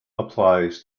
applies